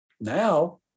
now